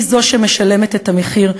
היא המשלמת את המחיר,